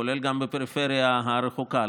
כולל בפריפריה הרחוקה.